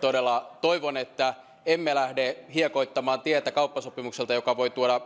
todella toivon että emme lähde hiekoittamaan tietä kauppasopimukselta joka voi tuoda